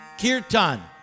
Kirtan